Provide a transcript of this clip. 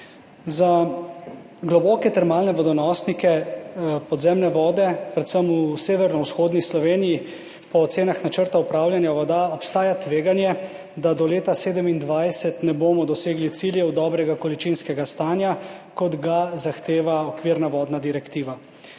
Za globoke termalne vodonosnike podzemne vode predvsem v severovzhodni Sloveniji po ocenah načrta upravljanja voda obstaja tveganje, da do leta 2027 ne bomo dosegli ciljev dobrega količinskega stanja, kot ga zahteva okvirna vodna direktiva.